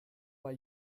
bei